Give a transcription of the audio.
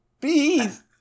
Bees